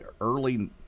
early